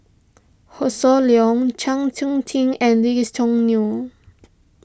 Hossan Leong Chng Seok Tin and Lee's Choo Neo